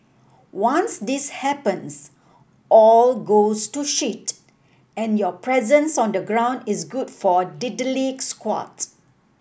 once this happens all goes to shit and your presence on the ground is good for diddly squat